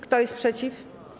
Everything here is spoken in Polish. Kto jest przeciw?